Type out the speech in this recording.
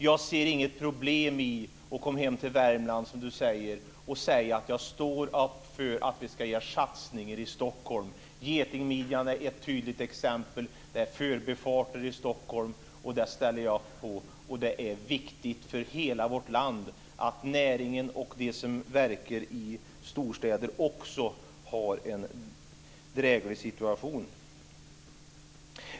Jag ser inget problem i att komma hem till Värmland och säga att jag står för att det ska göras satsningar i Stockholm. Getingmidjan är ett tydligt exempel. Förbifarter i Stockholm ställer jag upp på. Det är viktigt för hela vårt land att näringen och de som verkar i storstäder också har en dräglig situation.